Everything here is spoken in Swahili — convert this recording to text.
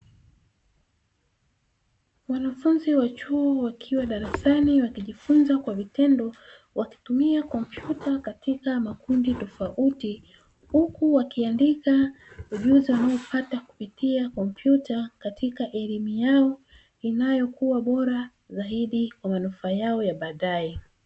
Wanafunzi wa chuo wakiwa darasani wakijifunza kwa vitendo wakitumia kompyuta katika makundi tofauti, huku wakiandika ujuzi hao pata kupitia kompyuta katika elimu yao inayokuwa bora zaidi kwa manufaa yao ya baadaye.